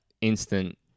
instant